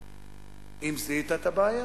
אם זיהית את הבעיה?